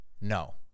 No